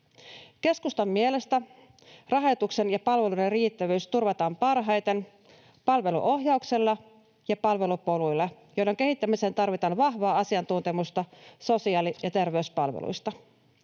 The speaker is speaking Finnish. Keskustan mielestä rahoituksen ja palveluiden riittävyys turvataan parhaiten palveluohjauksella ja palvelupoluilla, joiden kehittämiseen tarvitaan vahvaa asiantuntemusta sosiaali- ja terveyspalveluista.